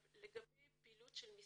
לגבי פעילות המשרד,